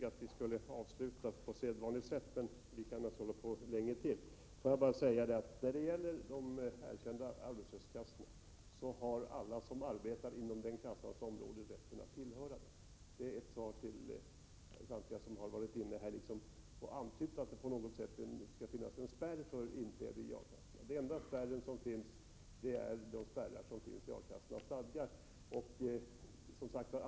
Herr talman! Alla som arbetar inom de områden som omfattas av de allmänna arbetslöshetskassorna har rätt att tillhöra dem. Det är ett svar till samtliga som här har antytt att det på något sätt skulle finnas en spärr för inträde i A-kassa. Den enda spärr som finns utgörs av de spärrar som finns i A-kassornas stadgar.